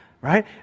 right